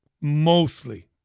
mostly